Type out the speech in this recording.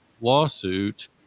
lawsuit